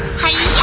hi-ya!